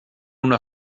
una